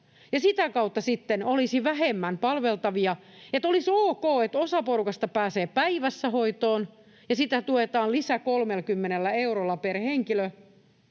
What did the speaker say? sitä kautta sitten olisi vähemmän palveltavia tai olisi ok, että osa porukasta pääsee päivässä hoitoon ja sitä tuetaan lisää 30 eurolla per henkilö